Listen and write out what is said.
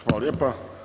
Hvala lijepa.